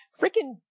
Freaking